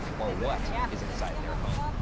or what, is inside their home.